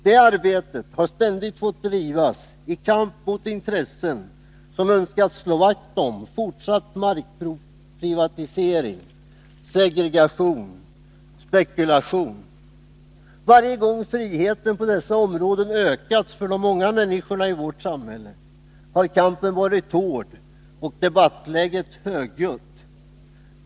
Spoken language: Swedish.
Det arbetet har ständigt fått bedrivas i kamp mot intressen som önskat slå vakt om markprivatisering, segregation och spekulation. Varje gång friheten på dessa områden ökat för de många människorna i vårt samhälle har kampen varit hård och debattläget högljutt.